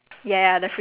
yo dude